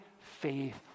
faith